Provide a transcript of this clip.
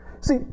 See